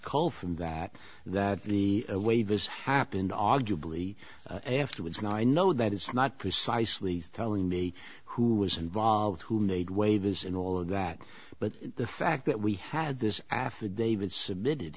cull from that that the way vis happened arguably afterwards and i know that it's not precisely telling me who was involved who made waves and all of that but the fact that we had this affidavit submitted